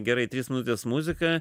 gerai trys minutės muzika